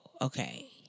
Okay